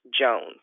Jones